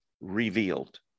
revealed